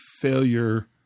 failure